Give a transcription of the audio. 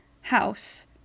house